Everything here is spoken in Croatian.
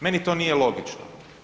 Meni to nije logično.